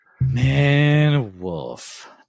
Man-Wolf